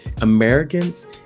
americans